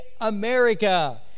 America